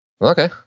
okay